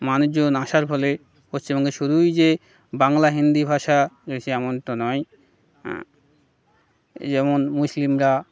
মানুষজন আসার ফলে পশ্চিমবঙ্গে শুধুই যে বাংলা হিন্দি ভাষা রয়েছে এমনটা নয় যেমন মুসলিমরা